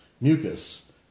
mucus